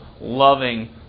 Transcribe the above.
loving